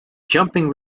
jumping